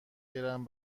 گرم